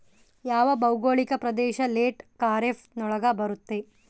ಯಾವ ಭೌಗೋಳಿಕ ಪ್ರದೇಶ ಲೇಟ್ ಖಾರೇಫ್ ನೊಳಗ ಬರುತ್ತೆ?